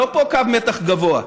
לא פה קו מתח גבוה.